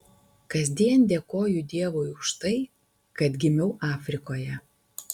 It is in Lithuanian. kasdien dėkoju dievui už tai kad gimiau afrikoje